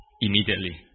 immediately